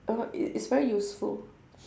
uh it it's very useful